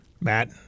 Matt